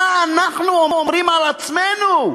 מה אנחנו אומרים על עצמנו?